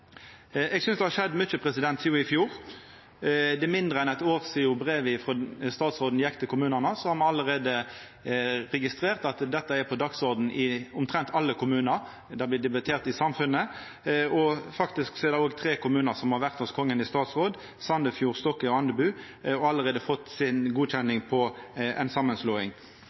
Eg synest det har skjedd mykje sidan i fjor. Det er mindre enn eitt år sidan brevet frå statsråden gjekk til kommunane, men me har allereie registrert at dette er på dagsordenen i omtrent alle kommunar. Det blir debattert i samfunnet, og faktisk er det òg tre kommunar som har vore hos kongen i statsråd – Sandefjord, Stokke og Andebu – og fått godkjent ei samanslåing.